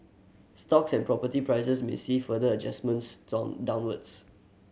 stocks and property prices may see further adjustments downwards